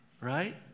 Right